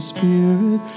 Spirit